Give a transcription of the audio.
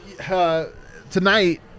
Tonight